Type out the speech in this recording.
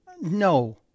No